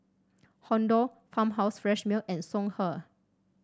Honda Farmhouse Fresh Milk and Songhe